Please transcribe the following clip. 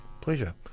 Pleasure